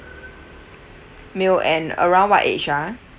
male and around what age ah